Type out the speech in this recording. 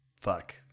Fuck